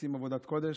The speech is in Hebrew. שעושים עבודת קודש.